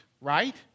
right